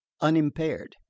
unimpaired